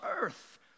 earth